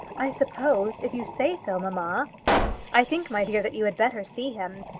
i suppose if you say so, mamma i think, my dear, that you had better see him.